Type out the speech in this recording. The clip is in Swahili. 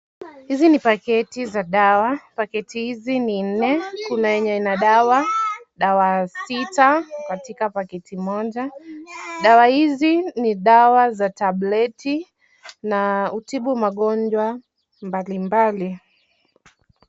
Hizi ni pakiti za dawa, pakiti hizi ni nne ,kuna yenye ina dawa, dawa sita katika pakiti moja . Dawa hizi ni dawa za tablet na hutibu magonjwa mbalimbali.